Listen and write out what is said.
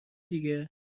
دیگه